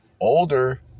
older